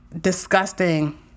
disgusting